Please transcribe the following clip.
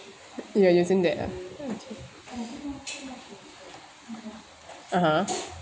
you are using that ah (uh huh)